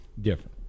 Different